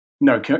No